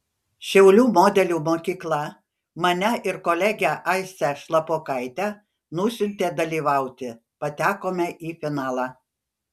šiaulių modelių mokykla mane ir kolegę aistę šlapokaitę nusiuntė dalyvauti patekome į finalą